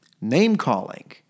name-calling